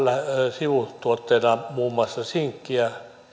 sivutuotteenaan muun muassa sinkkiä